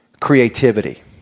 Creativity